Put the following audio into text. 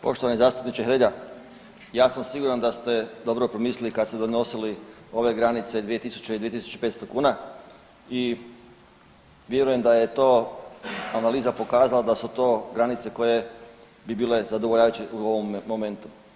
Poštovani zastupniče Hrelja ja sam siguran da ste dobro promislili kada ste donosili ove granice 2 tisuće i 2 tisuće i 500 kuna i vjerujem da je to analiza pokazala da su to granice koje bi bile zadovoljavajuće u ovome momentu.